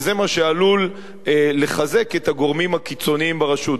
וזה מה שעלול לחזק את הגורמים הקיצוניים ברשות.